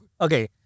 Okay